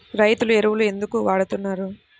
రైతు ఎరువులు ఎందుకు వాడుతున్నారు?